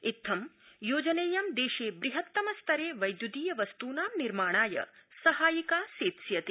इथ्थं योजनेयं देशे बृहत्तम स्तरे वैद्यूदीय वस्तूनां निर्माणाय सहायिका सेत्स्वति